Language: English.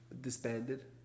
disbanded